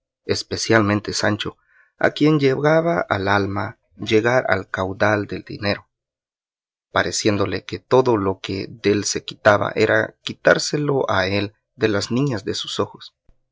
especialmente sancho a quien llegaba al alma llegar al caudal del dinero pareciéndole que todo lo que dél se quitaba era quitárselo a él de las niñas de sus ojos